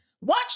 Watch